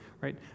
right